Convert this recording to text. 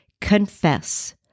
Confess